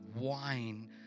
wine